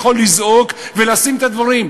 יכול לזעוק ולשים את הדברים.